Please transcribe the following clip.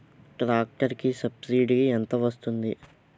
Tractor కి subsidy ఎంత వస్తుంది?